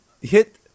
hit